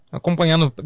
acompanhando